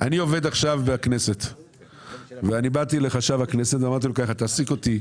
אני עובד עכשיו בכנסת ואני באתי לחשב הכנסת ואמרתי לו: תעסיק אותי